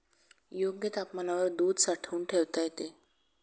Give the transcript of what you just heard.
योग्य तापमानावर दूध साठवून ठेवता येते